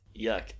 yuck